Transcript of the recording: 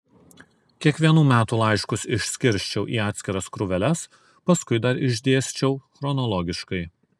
kiekvienų metų laiškus išskirsčiau į atskiras krūveles paskui dar išdėsčiau chronologiškai